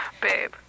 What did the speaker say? Babe